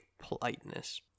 politeness